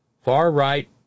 Far-right